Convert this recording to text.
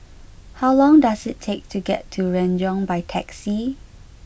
how long does it take to get to Renjong by taxi